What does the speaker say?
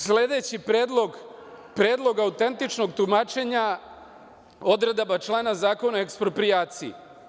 Sledeći predlog, Predlog autentičnog tumačenja odredaba člana Zakona o eksproprijaciji.